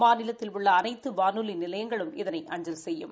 மாநிலத்தில் உள்ள அனைத்து வானொலி நிலையங்களும் இதனை அஞ்சல் செய்யும்